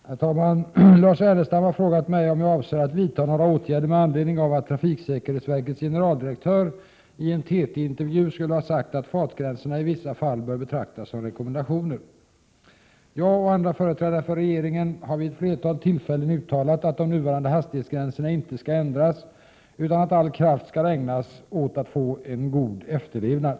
Herr talman! Lars Ernestam har frågat mig om jag avser att vidta några åtgärder med anledning av att trafiksäkerhetsverkets generaldirektör i en TT-intervju skulle ha sagt att fartgränserna i vissa fall bör betraktas som rekommendationer. Jag och andra företrädare för regeringen har vid ett flertal tillfällen uttalat att de nuvarande hastighetsgränserna inte skall ändras, utan att all kraft skall ägnas åt att få en god efterlevnad.